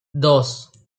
dos